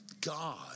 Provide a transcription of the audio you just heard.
God